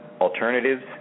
Alternatives